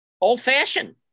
old-fashioned